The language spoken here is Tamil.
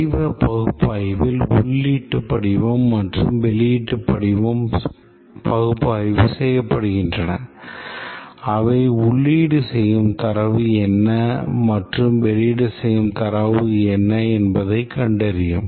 படிவ பகுப்பாய்வில் உள்ளீட்டு படிவம் மற்றும் வெளியீட்டு படிவம் பகுப்பாய்வு செய்யப்படுகின்றன அவை உள்ளீடு செய்யும் தரவு என்ன மற்றும் வெளியீடு செய்யும் தரவு என்ன என்பதைக் கண்டறியும்